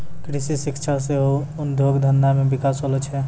कृषि शिक्षा से उद्योग धंधा मे बिकास होलो छै